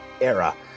era